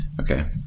Okay